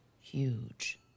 Huge